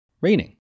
raining